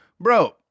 Bro